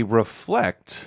reflect